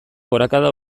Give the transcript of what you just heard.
gorakada